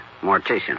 mortician